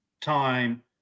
time